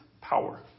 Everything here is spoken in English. power